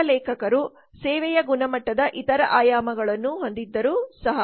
ಇತರ ಲೇಖಕರು ಸೇವೆಯ ಗುಣಮಟ್ಟದ ಇತರ ಆಯಾಮಗಳನ್ನು ಹೊಂದಿದ್ದರೂ ಸಹ